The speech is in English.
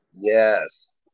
Yes